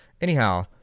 Anyhow